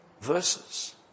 verses